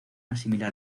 asimilar